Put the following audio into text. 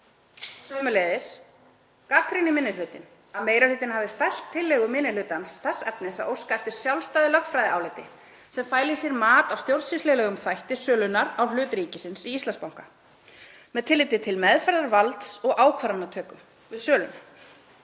Sömuleiðis gagnrýnir minni hlutinn að meiri hlutinn hafi fellt tillögu minni hlutans þess efnis að óska eftir sjálfstæðu lögfræðiáliti sem fæli í sér mat á stjórnsýslulegum þætti sölunnar á hlut ríkisins í Íslandsbanka 22. mars 2022 með tilliti til meðferðar valds og ákvarðanatöku við söluna.